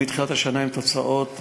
שמתחילת השנה הן תוצאות מבורכות,